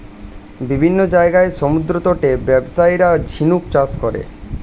বিভিন্ন জায়গার সমুদ্রতটে ব্যবসায়ীরা ঝিনুক চাষ করে